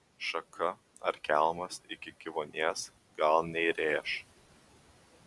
šaka ar kelmas iki gyvuonies gal neįrėš